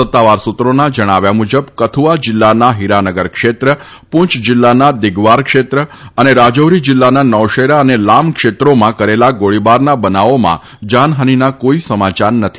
સત્તાવાર સૂત્રોના જણાવ્યા મુજબ કથુઆ જિલ્લાના હિરાનગર ક્ષેત્ર પૂંછ જિલ્લાના દિગવાર ક્ષેત્ર તથા રાજૌરી જિલ્લાના નૌશેરા અને લામ ક્ષેત્રોમાં કરેલા ગોળીબારોના બનાવોમાં જાનહાનીના કોઈ સમાચાર નથી